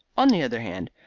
on the other hand,